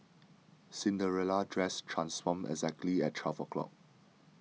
Cinderella's dress transformed exactly at twelve o'clock